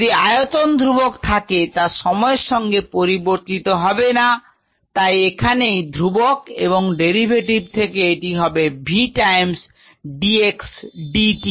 যদি আয়তন ধ্রুবক থাকে তা সময়ের সঙ্গে পরিবর্তিত হবে না তাই এখানেই ধ্রুবক এবং এই ডেরিভেটিভ থেকে এটি হবে V times d x dt